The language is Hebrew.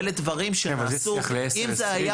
אם זה היה